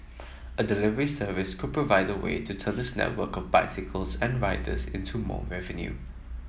a delivery service could provide a way to turn its network of bicycles and riders into more revenue